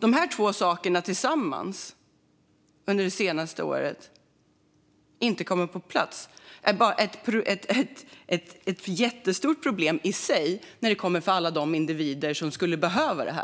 Att dessa två saker inte har kommit på plats under det senaste året är ett jättestort problem i sig för alla de individer som skulle behöva dem.